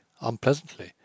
unpleasantly